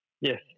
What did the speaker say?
yes